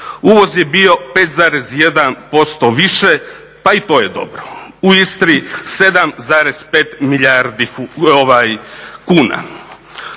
Uvoz je bio 5,1% više, pa i to je dobro. U Istri 7,5 milijardi kuna.